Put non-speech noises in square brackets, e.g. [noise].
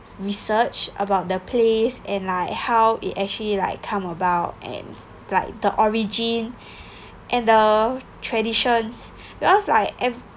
research about the place and like how it actually like come about and like the origin [breath] and the traditions because like